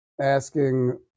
asking